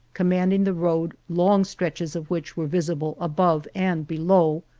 commanding the road, long stretches of which were visible above and below,